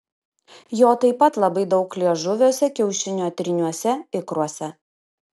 jo taip pat labai daug liežuviuose kiaušinio tryniuose ikruose